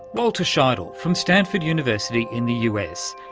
walter scheidel from stanford university in the us.